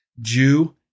Jew